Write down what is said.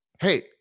Hey